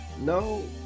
No